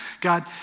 God